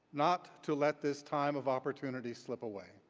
not to let this time of opportunity slip away.